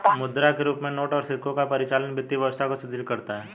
मुद्रा के रूप में नोट और सिक्कों का परिचालन वित्तीय व्यवस्था को सुदृढ़ करता है